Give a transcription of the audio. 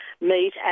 meet